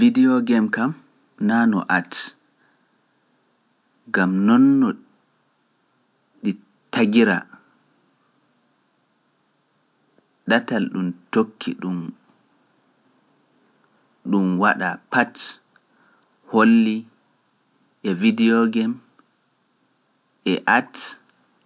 Video game kam naa no At, gam noon no ɗi tagiraa, ɗatal ɗum tokki ɗum waɗa Pat hollii e video game e At